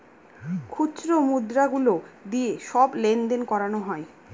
খুচরো মুদ্রা গুলো দিয়ে সব লেনদেন করানো হয়